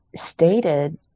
stated